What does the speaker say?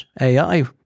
AI